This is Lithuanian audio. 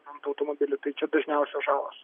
ant automobilių tai čia dažniausios žalos